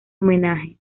homenaje